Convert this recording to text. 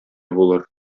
булыр